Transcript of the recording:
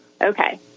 Okay